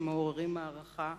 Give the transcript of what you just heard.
שמעוררים הערכה,